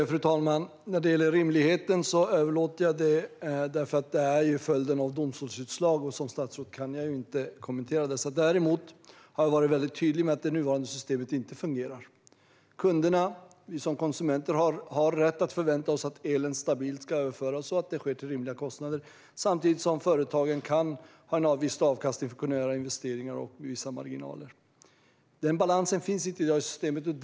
Fru talman! När det gäller frågan om rimligheten kan jag inte svara på den, eftersom detta är en följd av domstolsutslag. Som statsråd kan jag inte kommentera dem. Däremot har jag varit mycket tydlig med att det nuvarande systemet inte fungerar. Kunderna - vi som konsumenter - har rätt att förvänta sig att elen ska överföras stabilt och att det sker till rimliga kostnader. Samtidigt måste företagen ha en avkastning för att kunna göra investeringar och ha vissa marginaler. Denna balans finns inte i systemet i dag.